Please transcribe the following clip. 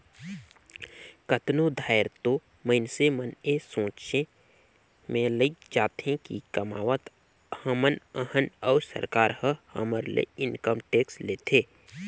कतनो धाएर तो मइनसे मन ए सोंचे में लइग जाथें कि कमावत हमन अहन अउ सरकार ह हमर ले इनकम टेक्स लेथे